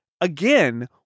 again